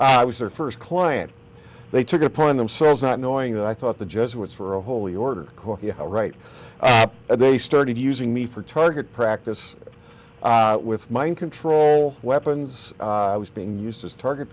i was their first client they took it upon themselves not knowing that i thought the jesuits for a holy ordered coffee right they started using me for target practice with mind control weapons i was being used as target